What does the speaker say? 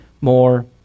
more